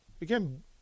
again